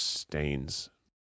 stains